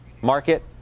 market